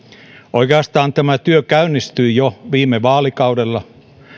oikeastaan tämä työ käynnistyi jo viime vaalikaudella